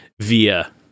via